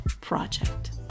Project